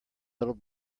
little